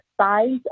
size